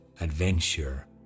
adventure